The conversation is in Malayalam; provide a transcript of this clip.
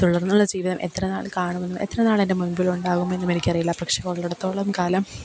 തുടർന്നുള്ള ജീവിതം എത്ര നാൾ കാണുമെന്നോ എത്ര നാളെൻ്റെ മുൻപിൽ ഉണ്ടാവുമെന്നും എനിക്കറിയില്ല പക്ഷെ ഉള്ളയിടത്തോളം കാലം